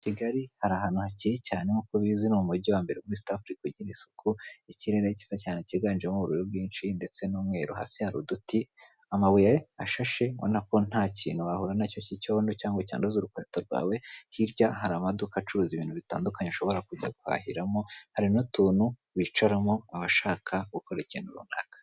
Kigali hari ahantu hakeye cyane nk'uko ubizi ni umujyi wa mbere muri isita Africa ugira isuku, ikirere cyiza cyane cyiganjemo ubururu bwinshi ndetse n'umweru hasi hari uduti, amabuye ashashe ubona ko nta kintu wahura nacyo cy'i cyondo cyangwa ngo cyanduze urukweto rwawe, hirya hari amaduka acuruza ibintu bitandukanye ushobora kujya ku guhahiramo hari n'utuntu bicaramo abashaka gukora ikintu runaka.